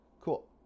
Cool